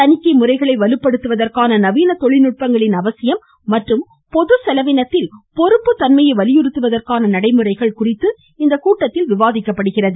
தணிக்கை முறைகளை வலுப்படுத்துவதற்கான நவீன தொழில்நுட்பங்களின் அவசியம் மற்றும் பொதுசெலவினத்தில் பொறுப்புத்தன்மையை வலியுறுத்துவதற்கான நடைமுறைகள் இக்கூட்டத்தில் விவாதிக்கப்படுகிறது